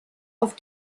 auf